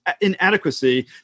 inadequacy